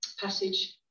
passage